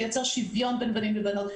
לייצר שוויון בין בנים ובנות.